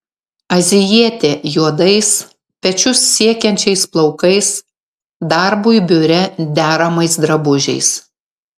azijietė juodais pečius siekiančiais plaukais darbui biure deramais drabužiais